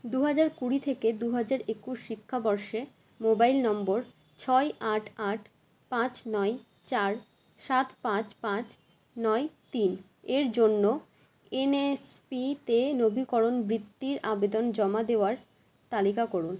দু হাজার কুড়ি থেকে দু হাজার একুশ শিক্ষাবর্ষে মোবাইল নম্বর ছয় আট আট পাঁচ নয় চার সাত পাঁচ পাঁচ নয় তিন এর জন্য এনএসপি তে নবীকরণ বৃত্তির আবেদন জমা দেওয়ার তালিকা করুন